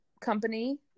company